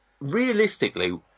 realistically